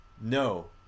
No